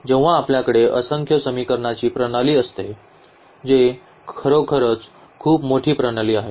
जेव्हा आपल्याकडे असंख्य समीकरणांची प्रणाली असते जे खरोखरच खूप मोठी प्रणाली आहे